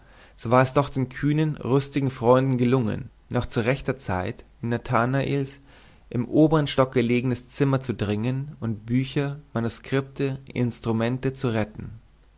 so war es doch den kühnen rüstigen freunden gelungen noch zu rechter zeit in nathanaels im obern stock gelegenes zimmer zu dringen und bücher manuskripte instrumente zu retten